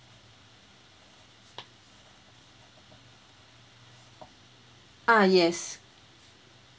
ah yes